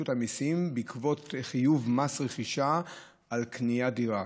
המיסים בעקבות חיוב במס רכישה על קניית דירה.